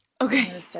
okay